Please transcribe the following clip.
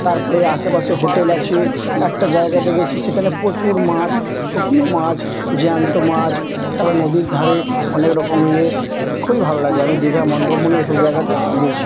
তারপরে আশেপাশে হোটেল আছে একটা জায়গাতে গেছি সেখানে প্রচুর মাছ মাছ জ্যান্ত মাছ তারপরে নদীর ধারে অনেক রকম ইয়ে খুবই ভালো লাগে আমি দীঘা মন্দারমণি এসব জায়গাতে গেছি